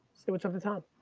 say what's up to tom.